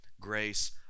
grace